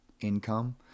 income